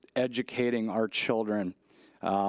educating our children.